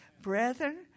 Brethren